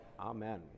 Amen